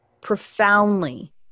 profoundly